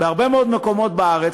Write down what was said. בהרבה מאוד מקומות בארץ.